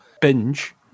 binge